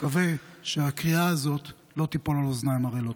מקווה שהקריאה הזאת לא תיפול על אוזניים ערלות.